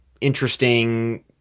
interesting